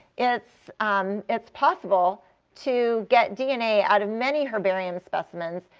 it's um it's possible to get dna out of many herbarium specimens,